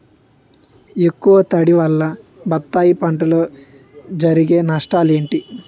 ఎక్కువ తడి వల్ల బత్తాయి పంటలో జరిగే నష్టాలేంటి?